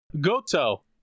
Goto